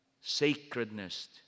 sacredness